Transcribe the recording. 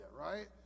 right